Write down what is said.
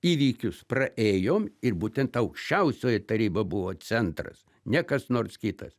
įvykius praėjom ir būtent aukščiausioji taryba buvo centras ne kas nors kitas